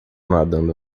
nadando